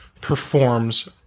performs